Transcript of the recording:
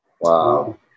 Wow